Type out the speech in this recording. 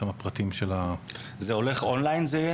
זה יהיה אונליין?